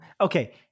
Okay